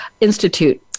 Institute